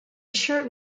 short